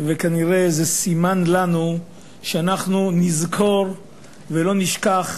וכנראה זה סימן לנו שאנחנו נזכור ולא נשכח